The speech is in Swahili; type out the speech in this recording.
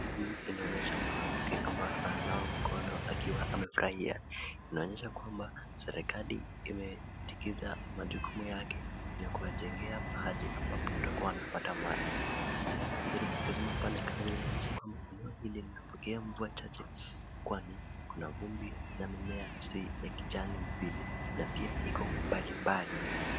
Hii inaonyesha mwanamke ambaye ananawa mkono akiwa amefurahia, inaonyesha kwamba serekali, imetekeza majukumu yake na kuwanjengea mahali ambapo watakuwa wanapata maji. Pia tukijaribu kutazama pale kando inaonyeshwa eleo hili inapoke mvua chache kwani, kuna vumbi na mimea si ya kijani vile pia iko mbali mbali.